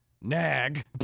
nag